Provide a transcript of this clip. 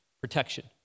protection